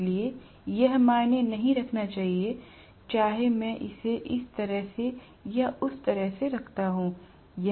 इसलिए यह मायने नहीं रखना चाहिए जाहे मैं इसे इस तरह से या उस तरह से रखता हूं